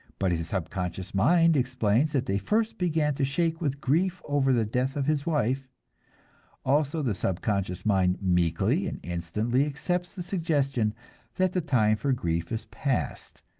but his subconscious mind explains that they first began to shake with grief over the death of his wife also, the subconscious mind meekly and instantly accepts the suggestion that the time for grief is past,